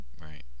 Right